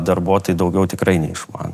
darbuotojai daugiau tikrai neišmano